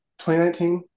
2019